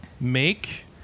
Make